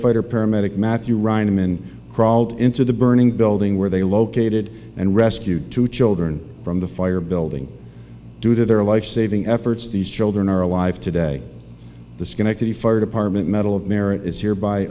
firefighter paramedic matthew rainham and crawled into the burning building where they located and rescued two children from the fire building due to their lifesaving efforts these children are alive today the schenectady fire department medal of merit is